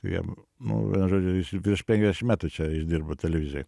jiem nu vienu žodžiu jis ir prieš penkiasdešim metų čia jis dirbo televizijoj